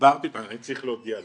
דיברתי, צריך להודיע לו.